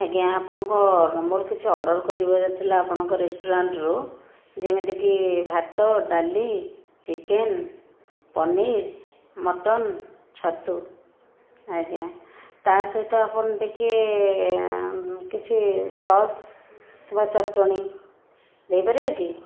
ଆଜ୍ଞା ଆପଣଙ୍କ ମୋର କିଛି ଅର୍ଡର କରିବାର ଥିଲା ଆପଣଙ୍କ ରେଷ୍ଟୁରାଣ୍ଟରୁ ଯେମିତିକି ଭାତ ଡାଲି ଚିକେନ ପନିର୍ ମଟନ ଛତୁ ଆଜ୍ଞା ତାସହିତ ଆପଣ ଟିକେ କିଛି ସସ୍ କିମ୍ବା ଚଟଣି ଦେଇପାରିବେ କି